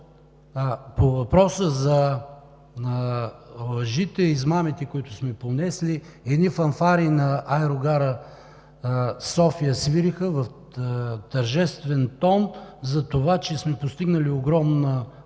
По въпроса за лъжите и измамите, които сме понесли, едни фанфари на аерогара София свиреха в тържествен тон за това, че сме постигнали огромна